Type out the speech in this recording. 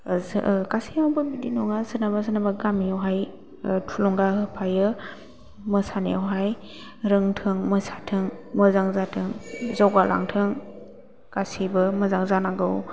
गासैयावबो बिदि नङा सोरनाबा सोरनाबा गामियावहाय थुलुंगा होफायो मोसानायाव हाय रोंथों मोसाथों मोजां जाथों जौगालांथों गासैबो मोजां जानांगौ